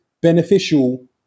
beneficial